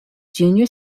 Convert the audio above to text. junior